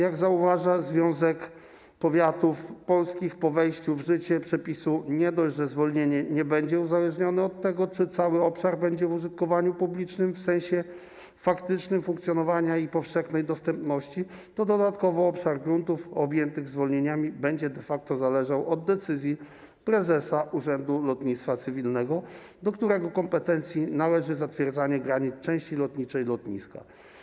Jak zauważa Związek Powiatów Polskich, po wejściu w życie przepisu nie dość, że zwolnienie nie będzie uzależnione od tego, czy cały obszar będzie w użytkowaniu publicznym w sensie faktycznym funkcjonowania i powszechnej dostępności, to jeszcze obszar gruntów objętych zwolnieniami będzie de facto zależał od decyzji prezesa Urzędu Lotnictwa Cywilnego, do którego kompetencji należy zatwierdzanie granic części lotniczej lotniska.